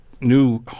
New